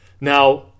Now